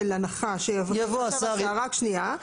הנחה ש --- יבוא השר --- רק שנייה.